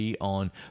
on